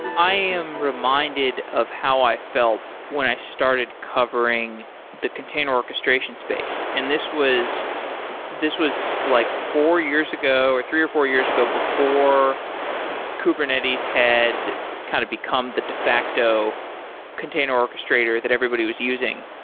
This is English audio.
i am reminded of how i felt when i started covering the container orchestration space, and this was this was like four years ago or three or four years ago before kubernetes had kind of become the de facto container orchestrator that everybody was using.